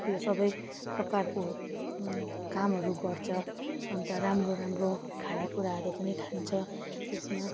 त्यो सबै प्रकारको कामहरू गर्छ अन्त राम्रो राम्रो खानेकुराहरू पनि खान्छ त्यसमा